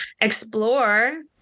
explore